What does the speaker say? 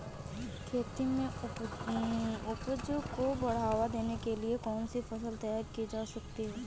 खेती में उपज को बढ़ावा देने के लिए कौन सी फसल तैयार की जा सकती है?